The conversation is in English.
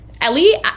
Ellie